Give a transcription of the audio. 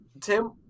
Tim